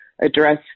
address